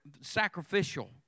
sacrificial